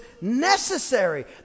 necessary